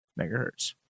megahertz